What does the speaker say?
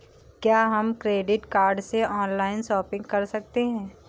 क्या हम credit card से ऑनलाइन शॉपिंग कर सकते हैं?